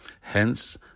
Hence